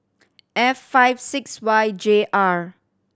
F five six Y J R